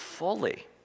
fully